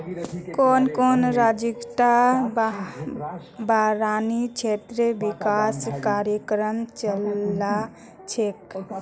कुन कुन राज्यतत बारानी क्षेत्र विकास कार्यक्रम चला छेक